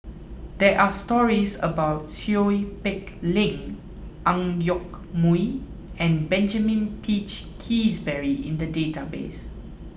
there are stories about Seow Peck Leng Ang Yoke Mooi and Benjamin Peach Keasberry in the database